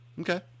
Okay